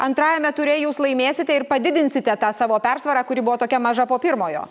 antrajame ture jūs laimėsite ir padidinsite tą savo persvarą kuri buvo tokia maža po pirmojo